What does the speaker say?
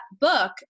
book